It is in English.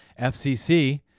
FCC